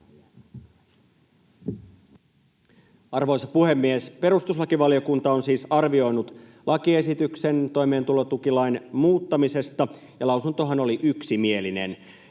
Arvoisa puhemies! Perustuslakivaliokunta on siis arvioinut lakiesityksen toimeentulotukilain muuttamisesta, ja lausuntohan oli yksimielinen.